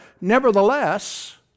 Nevertheless